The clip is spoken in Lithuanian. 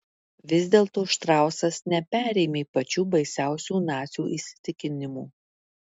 vis dėlto štrausas neperėmė pačių baisiausių nacių įsitikinimų